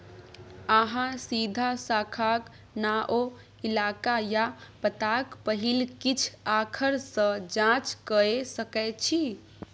अहाँ सीधा शाखाक नाओ, इलाका या पताक पहिल किछ आखर सँ जाँच कए सकै छी